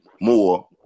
more